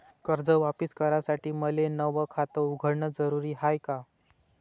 कर्ज वापिस करासाठी मले नव खात उघडन जरुरी हाय का?